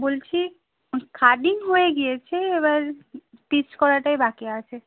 বলছি খাদিম হয়ে গিয়েছে এবার স্টিচ করাটাই বাকি আছে